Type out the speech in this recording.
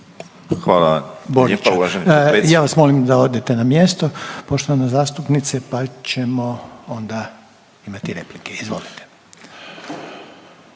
Borića. Ja vas molim da odete na mjesto poštovana zastupnice pa ćemo onda imati replike. Izvolite.